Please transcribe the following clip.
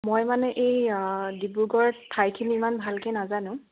মই মানে এই ডিব্ৰুগড় ঠাইখিনি ইমান ভালকৈ নাজানো